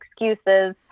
excuses